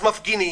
אז מפגינים,